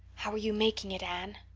how are you making it, anne?